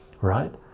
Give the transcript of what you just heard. right